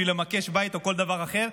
בשביל למקש בית או כל דבר אחר.